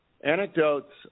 anecdotes